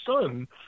son